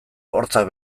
hortzak